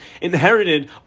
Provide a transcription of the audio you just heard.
inherited